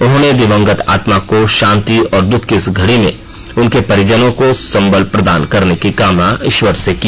उन्होंने दिवंगत आत्मा को शांति और दुख की इस घड़ी में उनके परिजनों को संबल प्रदान करने की कामना ईश्वर से की